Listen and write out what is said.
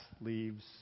leaves